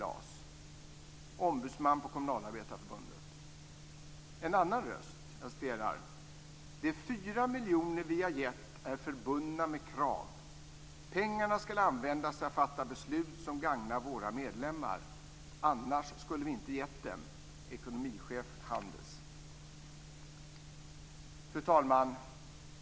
Det säger en ombudsman på Kommunalarbetareförbundet. En annan röst: "De fyra miljoner vi har gett är förbundna med krav. Pengarna skall användas till att fatta beslut som gagnar våra medlemmar, annars skulle vi inte ge dem." - Ekonomichef, Handels. Fru talman!